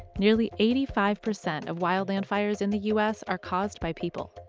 nearly eighty five percent of wildland fires in the u s. are caused by people.